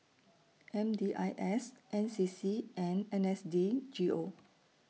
M D I S N C C and N S D G O